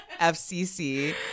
FCC